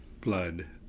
blood